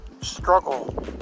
Struggle